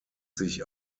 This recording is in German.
sich